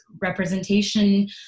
representation